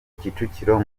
kicukiro